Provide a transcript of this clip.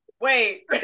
wait